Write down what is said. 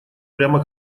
прямо